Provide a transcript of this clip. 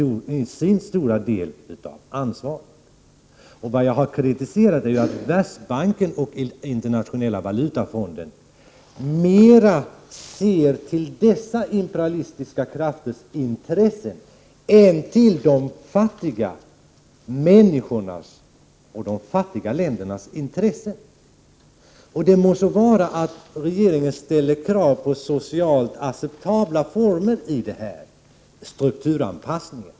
Det är detta jag har uttalat mig om i mitt huvudanförande, Lena Hjelm-Wallén. Vad jag har kritiserat är att Världsbanken och Internationella valutafonden mera ser till dessa imperialistiska krafters intressen än till de fattiga människornas och de fattiga ländernas intressen. Det må så vara att regeringen ställer krav på socialt acceptabla former i strukturanpassningen.